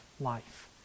life